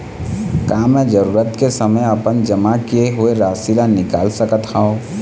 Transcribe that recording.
का मैं जरूरत के समय अपन जमा किए हुए राशि ला निकाल सकत हव?